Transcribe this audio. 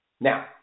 Now